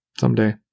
Someday